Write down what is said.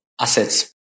assets